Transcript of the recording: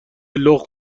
لخت